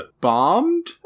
Bombed